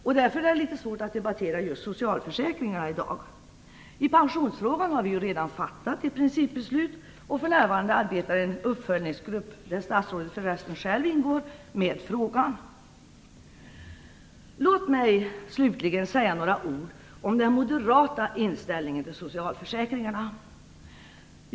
Det är därför litet svårt att debattera just socialförsäkringarna i dag. I pensionsfrågan har vi ju redan fattat ett principbeslut, och en uppföljningsgrupp, där statsrådet själv ingår, arbetar nu med frågan. Låt mig slutligen säga några ord om den moderata inställningen till socialförsäkringarna.